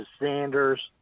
Sanders